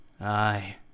Aye